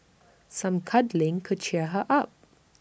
some cuddling could cheer her up